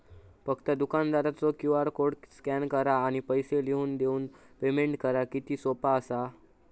फक्त दुकानदारचो QR code scan करा आणि पैसे लिहून देऊन पेमेंट करा किती सोपा असा